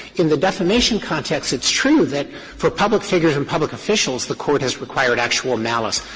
in the defamation context, it's true that for public figures and public officials, the court has required actual malice,